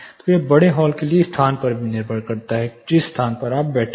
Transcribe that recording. तो यह बड़े हॉल के लिए स्थान पर भी निर्भर करता है जिस स्थान पर आप बैठे हैं